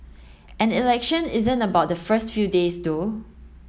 an election isn't about the first few days though